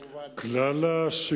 בבקשה.